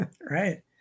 right